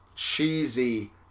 cheesy